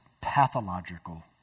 pathological